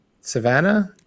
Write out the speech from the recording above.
Savannah